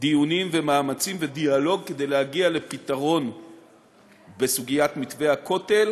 דיונים ומאמצים ודיאלוג כדי להגיע לפתרון בסוגיית מתווה הכותל,